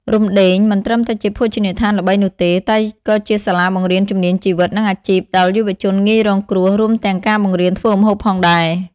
Romdeng មិនត្រឹមតែជាភោជនីយដ្ឋានល្បីនោះទេ តែក៏ជាសាលាបង្រៀនជំនាញជីវិត និងអាជីពដល់យុវជនងាយរងគ្រោះ រួមទាំងការបង្រៀនធ្វើម្ហូបផងដែរ ។